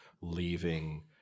leaving